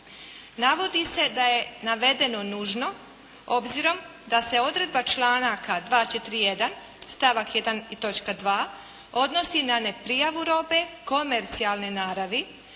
Navodi se da je navedeno nužno obzirom da se odredba članaka 241. stavak 1. i točka 2. odnosi na ne prijavu robe komercijalne naravi,